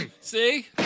see